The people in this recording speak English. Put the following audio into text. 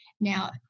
Now